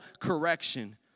correction